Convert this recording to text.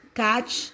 catch